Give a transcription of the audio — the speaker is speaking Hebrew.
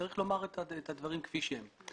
צריך לומר את הדברים כפי שהם.